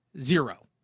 zero